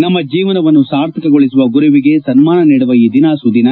ನಮ್ನ ಜೀವನವನ್ನು ಸಾರ್ಥಕಗೊಳಿಸುವ ಗುರುವಿಗೆ ಸನ್ನಾನ ನೀಡುವ ಈ ದಿನ ಸುದಿನ